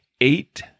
eight